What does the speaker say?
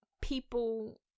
people